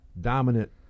dominant